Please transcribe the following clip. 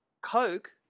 Coke